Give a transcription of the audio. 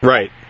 Right